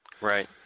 Right